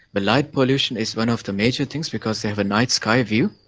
the light pollution is one of the major things because they have a night sky view,